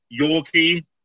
Yorkie